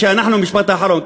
משפט אחרון,